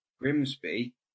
Grimsby